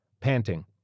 Panting